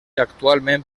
actualment